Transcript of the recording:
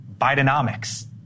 Bidenomics